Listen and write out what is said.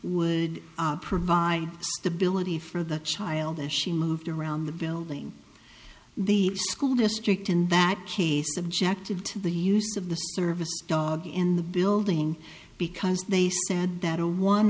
would provide stability for the child as she moved around the building the school district in that case objected to the use of the service dog in the building because they said that a one on